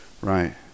right